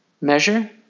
measure